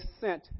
sent